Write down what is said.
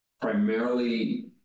primarily